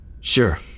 Sure